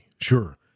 Sure